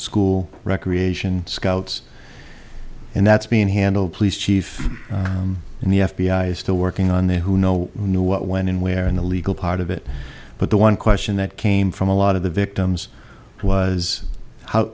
school recreation scouts and that's being handled police chief and the f b i still working on the who know knew what when and where in the legal part of it but the one question that came from a lot of the victims was how